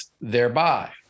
thereby